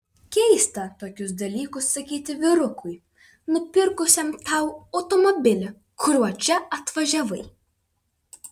keista tokius dalykus sakyti vyrukui nupirkusiam tau automobilį kuriuo čia atvažiavai